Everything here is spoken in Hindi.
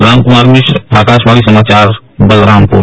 रामकुमार मिश्र आकाशवाणी समाचार बलरामपुर